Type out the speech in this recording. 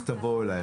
אחר כך תבואו אליי,